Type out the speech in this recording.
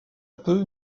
peu